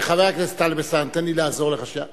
חבר הכנסת טלב אלסאנע, תן לי לעזור לך שנייה.